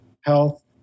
health